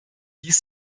dies